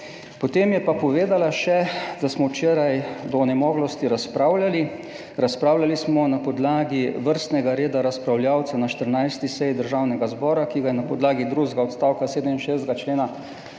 Potem je pa še povedala, da smo včeraj do onemoglosti razpravljali. Razpravljali smo na podlagi vrstnega reda razpravljavcev na 14. seji Državnega zbora, ki ga je na podlagi drugega odstavka 67. člena